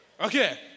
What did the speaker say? Okay